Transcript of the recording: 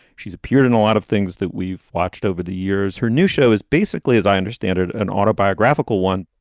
she's appeared in a lot of things that we've watched over the years. her new show is basically, as i understand it, an autobiographical one.